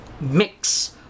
mix